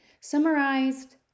Summarized